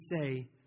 say